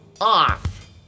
Off